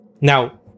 Now